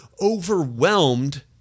overwhelmed